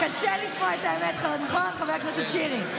קשה לשמוע את האמת, נכון, חבר הכנסת שירי?